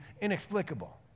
inexplicable